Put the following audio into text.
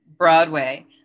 Broadway